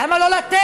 למה לא לתת?